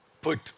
put